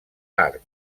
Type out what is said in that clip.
arc